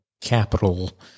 capital